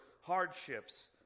hardships